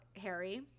harry